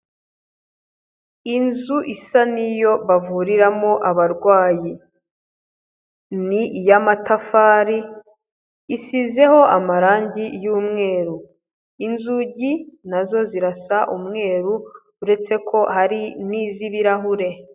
Inzu isa n'iyo bavuriramo abarwayi ni iy'amatafari isizeho amarangi y'umweru, inzugi na zo zirasa umweru uretse ko hari n'iz'ibirahure.